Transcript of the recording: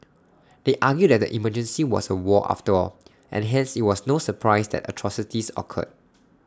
they argue that the emergency was A war after all and hence IT was no surprise that atrocities occurred